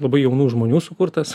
labai jaunų žmonių sukurtas